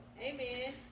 Amen